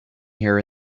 here